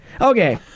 Okay